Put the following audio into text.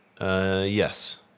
Yes